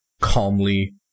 calmly